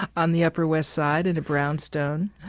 on the upper west side in a brownstone,